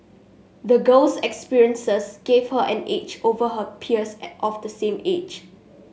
the girl's experiences gave her an edge over her peers of the same age